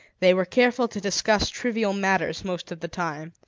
they were careful to discuss trivial matters most of the time,